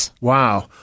Wow